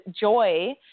joy